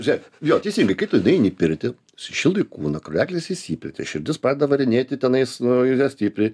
žiūrėk jo teisingai kai tu nueini į pirtį sušildai kūną kraujagyslės išsiplėtė širdis pradeda varinėti tenais nu ir nestipriai